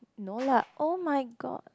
no lah oh-my-god